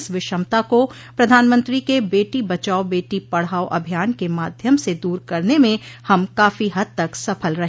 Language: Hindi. इस विषमता को प्रधानमंत्री के बेटी बचाओ बेटी पढ़ाओ अभियान के माध्यम से दूर करने में हम काफी हद तक सफल रहे